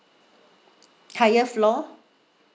higher floor